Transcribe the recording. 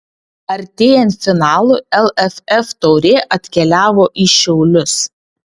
artėjant finalui lff taurė atkeliavo į šiaulius